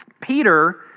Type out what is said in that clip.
Peter